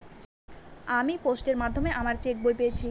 আমি পোস্টের মাধ্যমে আমার চেক বই পেয়েছি